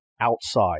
outside